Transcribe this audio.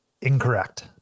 Incorrect